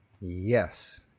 Yes